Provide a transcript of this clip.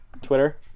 Twitter